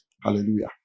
Hallelujah